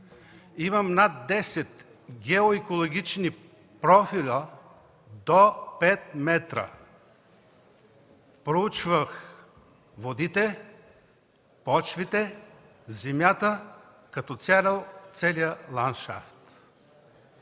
Имам над 10 геоекологични профила до 5 метра. Проучвах водите, почвите, земята, целия ландшафт.